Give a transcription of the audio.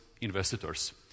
investors